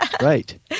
Right